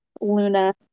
Luna